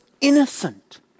innocent